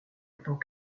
étant